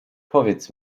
powiedz